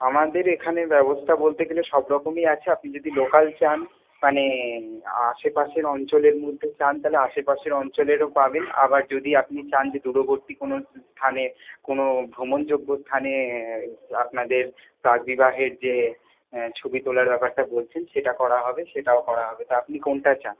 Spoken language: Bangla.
আমাদের এখানে ব্যবস্থা বলতে গেলে সব রকমই আছে আপনি যদি লোকাল চান মানে আশেপাশের অঞ্চলের মধ্যে চান তাহলে আশেপাশের অঞ্চলেরও পাবেন আবার যদি আপনি চান যে দূরবর্তী কোনো স্থানে কোনো ভ্রমণযোগ্য স্থানে আপনাদের প্রাক বিবাহের যে ছবি তোলার ব্যাপারটা বলছেন সেটা করা হবে সেটাও করা হবে তো আপনি কোনটা চান